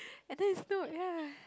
and then it snowed ya